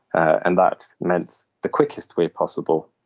and that meant the quickest way possible.